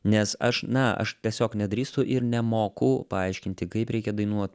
nes aš na aš tiesiog nedrįstu ir nemoku paaiškinti kaip reikia dainuot